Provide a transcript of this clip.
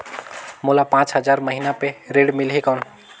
मोला पांच हजार महीना पे ऋण मिलही कौन?